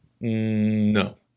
No